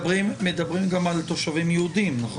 מדברים גם על תושבים יהודים, נכון?